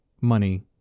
money